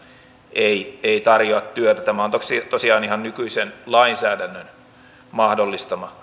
ei ei tarjoa työtä tämä on tosiaan ihan nykyisen lainsäädännön mahdollistama